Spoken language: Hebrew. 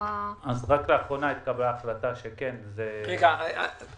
רק לאחרונה התקבלה החלטה שכן זה --- אולי